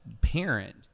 parent